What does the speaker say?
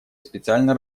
специально